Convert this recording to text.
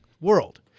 world